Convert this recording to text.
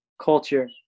culture